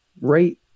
right